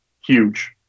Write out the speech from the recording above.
Huge